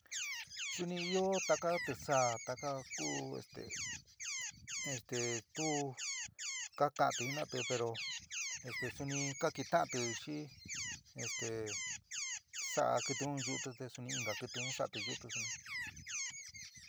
Suni ió taká tisaá takaá ku este. este tu kaka'ant jina'atɨ pero esté suni kaketa'anti xi esté sa'a kɨtɨ un yu'utɨ te suni inka kɨtɨ un sa'ati yuutɨ suni.